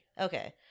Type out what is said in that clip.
Okay